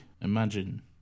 Imagine